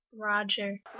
Roger